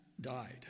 died